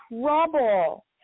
trouble